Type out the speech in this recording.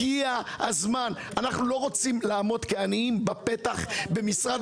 אנחנו לא רוצים לעמוד כעניים בפתח במשרד